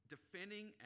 defending